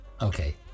Okay